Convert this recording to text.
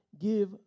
give